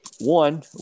one